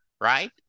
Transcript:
right